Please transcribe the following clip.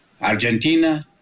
Argentina